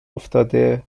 افتاده